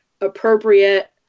appropriate